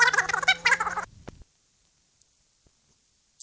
Jag vill också hänvisa till det citat som jag läste upp ur utskottsbetänkandet tidigare.